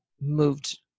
moved